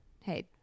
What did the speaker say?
Hey